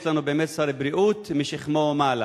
יש לנו באמת שר בריאות משכמו ומעלה,